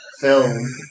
film